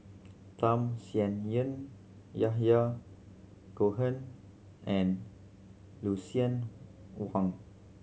Tham Sien Yen Yahya Cohen and Lucien Wang